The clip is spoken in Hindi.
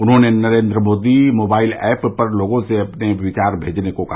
उन्होंने नरेन्द्र मोदी मोबाइल ऐप पर लोगों से अपने विचार भेजने को कहा